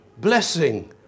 blessing